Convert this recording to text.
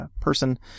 person